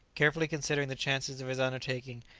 carefully considering the chances of his undertaking,